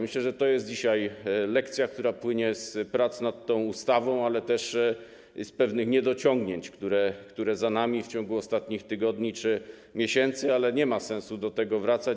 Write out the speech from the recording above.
Myślę, że to jest dzisiejsza lekcja, która płynie z prac nad tą ustawą, ale też z pewnych niedociągnięć, które były z nami w ciągu ostatnich tygodni czy miesięcy, ale nie ma sensu do tego wracać.